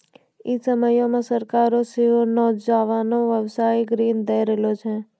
इ समयो मे सरकारें सेहो नौजवानो के व्यवसायिक ऋण दै रहलो छै